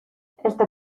este